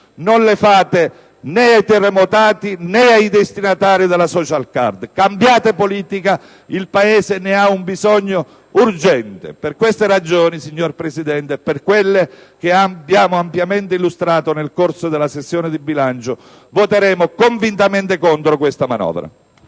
mantenere: né ai terremotati, né ai destinatari della *social card*. Cambiate politica, il Paese ne ha un bisogno urgente. Per queste ragioni, signor Presidente, e per quelle che abbiamo ampiamente illustrato nel corso della sessione di bilancio, voteremo convintamente contro questa manovra.